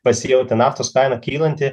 pasijautė naftos kaina kylanti